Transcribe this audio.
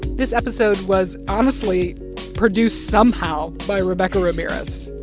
this episode was honestly produced somehow by rebecca ramirez,